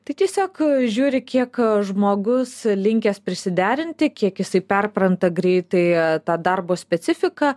tai tiesiog žiūri kiek žmogus linkęs prisiderinti kiek jisai perpranta greitai tą darbo specifiką